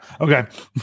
okay